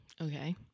Okay